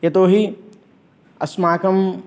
यतोहि अस्माकं